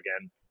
again